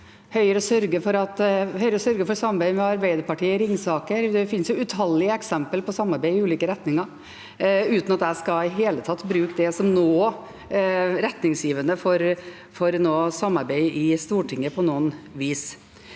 Høyre sørger for samarbeid med Arbeiderpartiet i Ringsaker. Det finnes utallige eksempler på samarbeid i ulike retninger uten at jeg i det hele tatt skal bruke det som retningsgivende for noe samarbeid i Stortinget på noe vis.